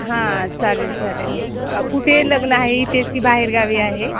हां चालेल चालेल कुठे लग्न आहे इथेच की बाहेरगावी आहे